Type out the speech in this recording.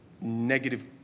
negative